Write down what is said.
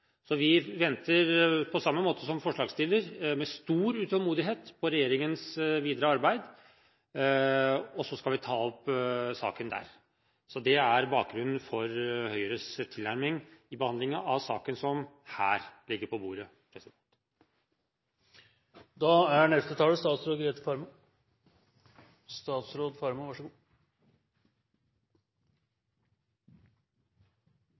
Vi venter – på samme måte som forslagsstiller – med stor utålmodighet på regjeringens videre arbeid, og så skal vi ta opp saken der. Det er bakgrunnen for Høyres tilnærming til behandlingen av saken som her ligger på bordet.